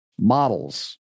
models